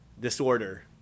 disorder